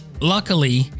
Luckily